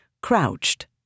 crouched